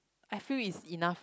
I feel is enough